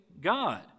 god